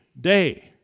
day